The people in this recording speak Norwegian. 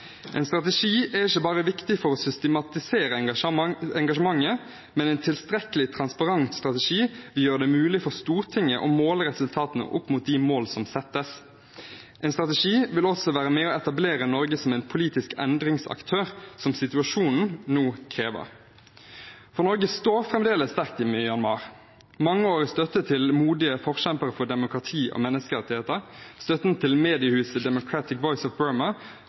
en strategi. En strategi er ikke bare viktig for å systematisere engasjementet, men en tilstrekkelig transparent strategi gjør det mulig for Stortinget å måle resultatene opp mot de mål som settes. En strategi vil også være med på å etablere Norge som en politisk endringsaktør, som situasjonen nå krever. Norge står fremdeles sterkt i Myanmar. Mangeårig støtte til modige forkjempere for demokrati og menneskerettigheter og støtten til mediehuset Democratic Voice of Burma,